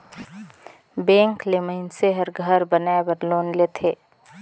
bank ले मइनसे हर घर बनाए बर लोन लेथे